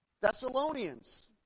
Thessalonians